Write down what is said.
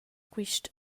quist